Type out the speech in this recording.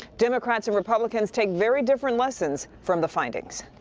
democrats and republicans take very different lessons from the findings.